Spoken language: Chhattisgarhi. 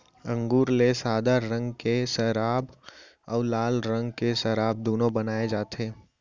अंगुर ले सादा रंग के सराब अउ लाल रंग के सराब दुनो बनाए जाथे